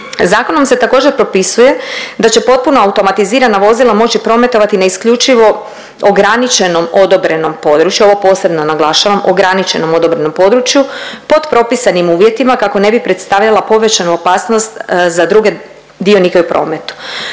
Zakonom se također propisuje da će potpuno automatizirano vozilo moći prometovati na isključivo ograničenom odobrenom području, ovo posebno naglašavam ograničenom odobrenom području pod propisanim uvjetima kako ne bi predstavljala povećanu opasnost za druge dionike u prometu.